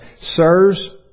Sirs